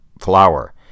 flour